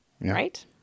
right